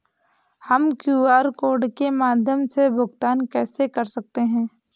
हम QR code के माध्यम से भुगतान कैसे कर सकते हैं?